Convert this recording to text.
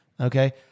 okay